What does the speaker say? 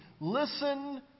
Listen